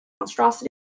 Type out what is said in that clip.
monstrosity